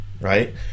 right